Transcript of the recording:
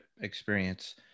experience